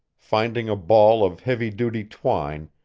finding a ball of heavy-duty twine,